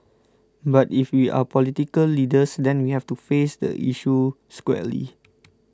but if we are political leaders then we have to face the issue squarely